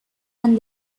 and